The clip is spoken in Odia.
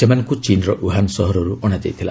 ସେମାନଙ୍କୁ ଚୀନ୍ର ଓ୍ୱହାନ୍ ସହରରୁ ଅଣାଯାଇଥିଲା